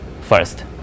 first